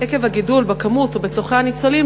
עקב הגידול בכמות ובצורכי הניצולים,